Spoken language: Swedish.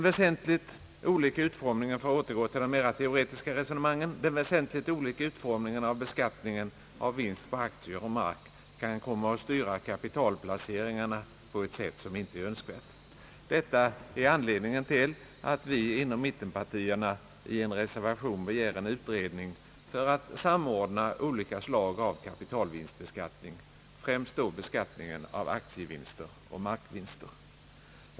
För att återgå till de mera teoretiska resonemangen vill jag säga att den väsentligt olikartade utformningen av beskattningen av vinst på aktier och på mark kan komma att styra kapitalplaceringarna på ett sätt som inte är önskvärt. Detta är anledningen till att vi inom mittenpartierna i en reservation begär en utredning för att samordna olika slag av kapitalvinstbeskattning, främst beskattningen av aktievinster och markvinster.